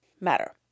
Matter